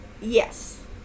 Yes